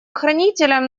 охранителем